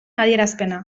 adierazpena